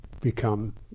become